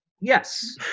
Yes